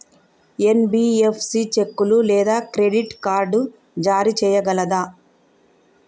NBFC చెక్కులు లేదా credit card జారీ చేయగలదా?